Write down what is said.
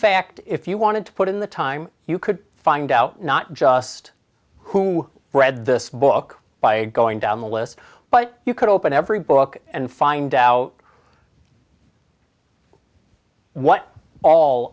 fact if you wanted to put in the time you could find out not just who read the book by going down the list but you could open every book and find out what all